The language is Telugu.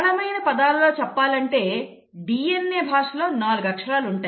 సరళమైన పదాలలో చెప్పాలంటే DNA భాషలో నాలుగు అక్షరాలు ఉంటాయి